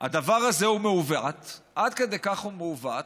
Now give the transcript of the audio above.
הדבר הזה הוא מעֻוות, עד כדי כך הוא מעוות,